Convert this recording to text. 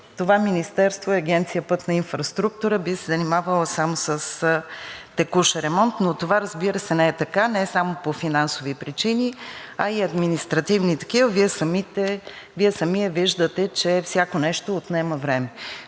това Министерство, Агенция „Пътна инфраструктура“ би се занимавала само с текущ ремонт, но това, разбира се, не е така не само по финансови причини, а и административни такива. Вие самият виждате, че всяко нещо отнема време.